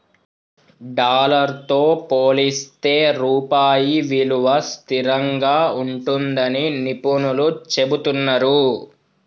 dollar తో పోలిస్తే రూపాయి విలువ స్థిరంగా ఉంటుందని నిపుణులు చెబుతున్నరు